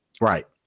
Right